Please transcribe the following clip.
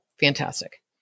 fantastic